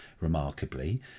remarkably